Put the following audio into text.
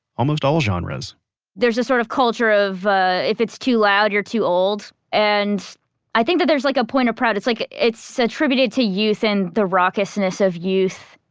almost all genres there's a sort of culture of ah if it's too loud you're too old and i think that there's like a point of pride, it's like it's attributed to youth and the raucousness of youth.